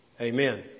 Amen